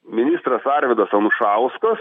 ministras arvydas anušauskas